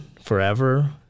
forever